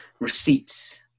Receipts